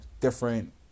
different